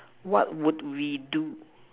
what would we do